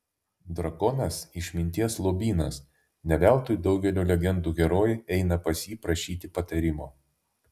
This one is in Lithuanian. drakonas išminties lobynas ne veltui daugelio legendų herojai eina pas jį prašyti patarimo